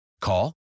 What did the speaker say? Call